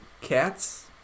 cats